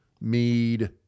Mead